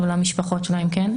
אבל המשפחות שלהם כן,